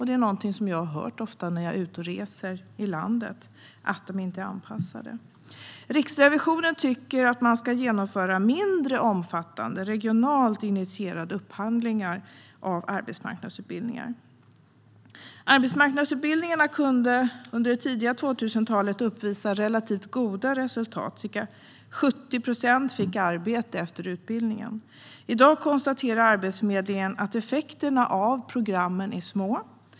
Det är något jag ofta hör när jag är ute och reser i landet - utbildningarna är inte anpassade. Riksrevisionen tycker att man ska genomföra mindre omfattande, regionalt initierade upphandlingar av arbetsmarknadsutbildningar. Arbetsmarknadsutbildningarna kunde under det tidiga 2000-talet uppvisa relativt goda resultat; ca 70 procent fick arbete efter utbildningen. I dag konstaterar Arbetsförmedlingen att effekterna av programmen är små.